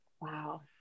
Wow